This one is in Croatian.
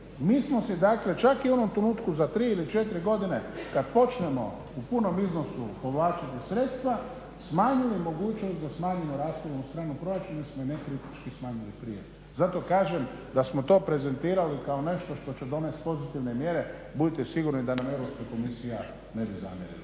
mi smo si dakle čak i u onom trenutku za tri ili četiri godine kad počnemo u punom iznosu povlačiti sredstva smanjili mogućnost da smanjimo rashodovnu stranu proračuna smo nekritički smanjili prije. Zato kažem da smo to prezentirali kao nešto što će donesti pozitivne mjere. Budite sigurni da nam Europska komisija ne bi zamjerila,